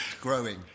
growing